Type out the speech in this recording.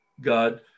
God